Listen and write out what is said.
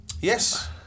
Yes